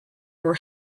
were